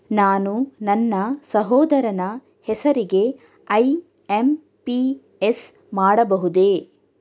ನಾನು ನನ್ನ ಸಹೋದರನ ಹೆಸರಿಗೆ ಐ.ಎಂ.ಪಿ.ಎಸ್ ಮಾಡಬಹುದೇ?